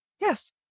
Yes